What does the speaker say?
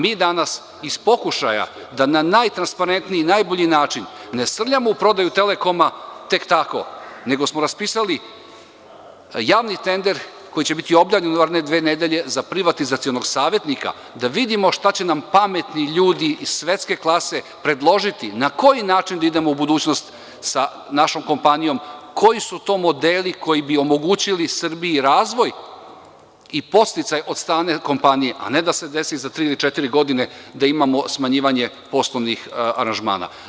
Mi danas iz pokušaja da na najtransparentniji i najbolji način ne srljamo u prodaju „Telekoma“ tek tako, nego smo raspisali javni tender, koji će biti objavljenu naredne dve nedelje, za privatizacionog savetnika, da vidimo šta će nam pametni ljudi iz svetske klase predložiti, na koji način da idemo u budućnost sa našom kompanijom, koji su to modeli koji bi omogućili Srbiji razvoj i podsticaj od strane kompanije, a ne da se desi za tri ili četiri godine da imamo smanjivanje poslovnih aranžmana.